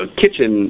kitchen